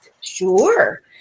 Sure